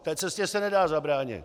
té cestě se nedá zabránit.